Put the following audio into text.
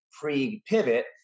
pre-pivot